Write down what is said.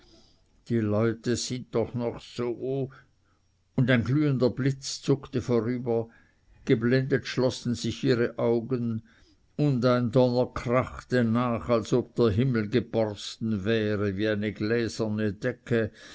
die leute sind doch noch so und ein glühender blitz zuckte vorüber geblendet schlossen sich ihre augen und ein donner krachte nach als ob der himmel geborsten wäre wie eine gläserne decke